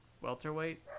Welterweight